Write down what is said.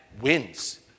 wins